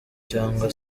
cyangwa